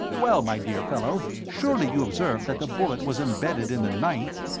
well, my dear fellow, surely you observed that the bullet was embedded in the ninth?